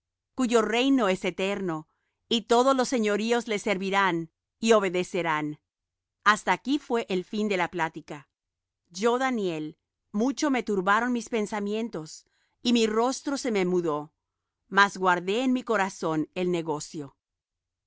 cuyo reino es reino eterno y todos los señoríos le servirán y obedecerán hasta aquí fué el fin de la plática yo daniel mucho me turbaron mis pensamientos y mi rostro se me mudó mas guardé en mi corazón el negocio